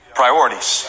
priorities